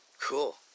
cool